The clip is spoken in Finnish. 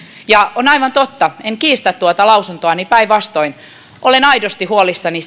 ja on aivan totta en kiistä tuota lausuntoani päinvastoin olen aidosti huolissani